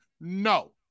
No